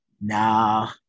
Nah